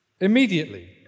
Immediately